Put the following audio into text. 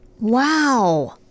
Wow